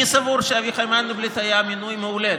אני סבור שאביחי מנדלבליט היה מינוי מעולה,